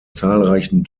zahlreichen